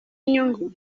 inyungu